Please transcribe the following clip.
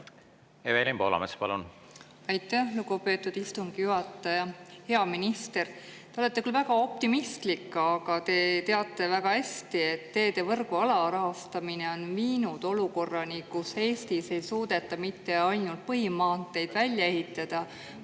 Evelin Poolamets, palun! Aitäh, lugupeetud istungi juhataja! Hea minister! Te olete küll väga optimistlik, aga te teate väga hästi, et teedevõrgu alarahastamine on viinud olukorrani, kus Eestis ei suudeta mitte ainult põhimaanteid välja ehitada,